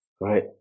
Right